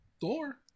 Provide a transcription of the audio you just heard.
Thor